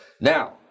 Now